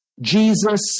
Jesus